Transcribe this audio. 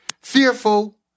fearful